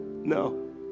No